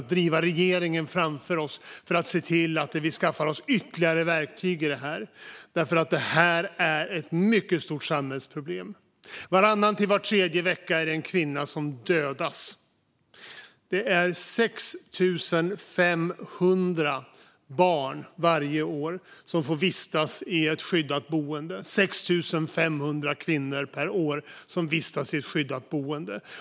Vi driver regeringen framför oss för att se till att skaffa ytterligare verktyg i det här arbetet. Det här är ett mycket stort samhällsproblem. Varannan till var tredje vecka är det en kvinna som dödas. 6 500 kvinnor och barn får varje år vistas i ett skyddat boende.